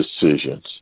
decisions